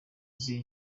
izihe